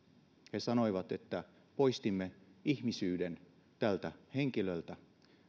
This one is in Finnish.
he sanoivat poistimme ihmisyyden tältä henkilöltä